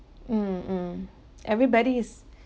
mm mm everybody is